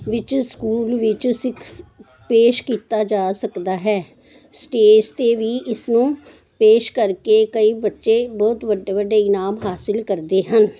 ਵਿੱਚ ਸਕੂਲ ਵਿਚ ਸਿੱਖ ਸ ਪੇਸ਼ ਕੀਤਾ ਜਾ ਸਕਦਾ ਹੈ ਸਟੇਜ 'ਤੇ ਵੀ ਇਸਨੂੰ ਪੇਸ਼ ਕਰਕੇ ਕਈ ਬੱਚੇ ਬਹੁਤ ਵੱਡੇ ਵੱਡੇ ਇਨਾਮ ਹਾਸਿਲ ਕਰਦੇ ਹਨ